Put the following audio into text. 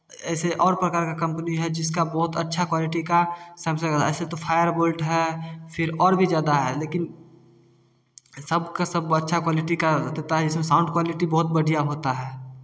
ऐसे और प्रकार का कम्पनी है जिसका बहुत अच्छा क्वालिटी का सेमसंग का ऐसे तो फायरबोल्ट है फिर और भी ज्यादा है लेकिन सब का सब अच्छा क्वालिटी का रहता है इसमें साउंड क्वालिटी बहुत बढ़िया होता है